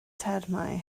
termau